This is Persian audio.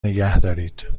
نگهدارید